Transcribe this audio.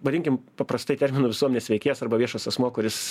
vadinkim paprastai terminu visuomenės veikėjas arba viešas asmuo kuris